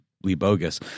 bogus